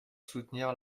soutenir